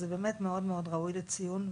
זה באמת מאוד מאוד ראוי לציון.